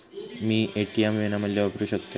मी ATM विनामूल्य वापरू शकतय?